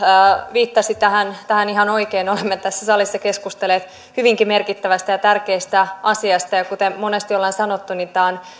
viittasi tähän tähän ihan oikein olemme tässä salissa keskustelleet hyvinkin merkittävästä ja tärkeästä asiasta ja kuten monesti ollaan sanottu tämä on